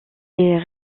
est